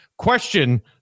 Question